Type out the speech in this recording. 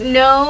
no